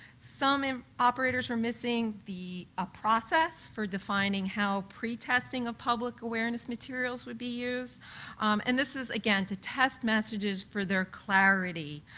some and operators were missing the ah process for defining how pretesting of public awareness materials would be used and this is again, to test messages for clarity, clarity,